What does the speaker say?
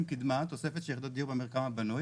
קדמה תוספת של יחידות דיור במרקם הבנוי,